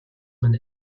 минь